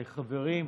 חברים.